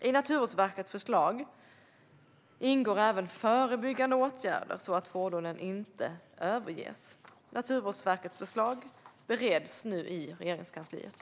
I Naturvårdsverkets förslag ingår även förebyggande åtgärder så att fordon inte överges. Naturvårdsverkets förslag bereds nu i Regeringskansliet.